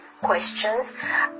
questions